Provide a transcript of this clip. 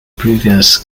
previous